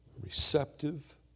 receptive